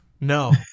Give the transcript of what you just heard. No